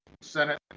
Senate